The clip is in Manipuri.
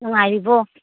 ꯅꯨꯡꯉꯥꯏꯔꯤꯕꯣ